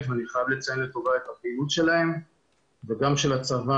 ואני חייב לציין לטובה את הפעילות שלהם וגם של הצבא,